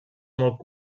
molt